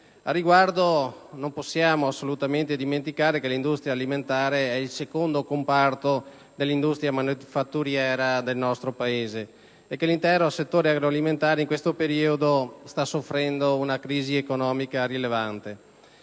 Al riguardo, non possiamo assolutamente dimenticare che l'industria alimentare è il secondo comparto dell'industria manifatturiera del nostro Paese e che l'intero settore agroalimentare in questo periodo sta soffrendo una crisi economica rilevante.